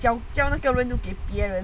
将教那个人都给别人